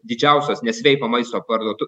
didžiausios nesveiko maisto parduotu